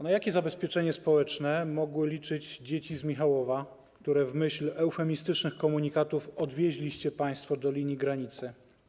Na jakie zabezpieczenie społeczne mogły liczyć dzieci z Michałowa, które w myśl eufemistycznych komunikatów odwieźliście państwo do linii granicy?